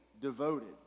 devoted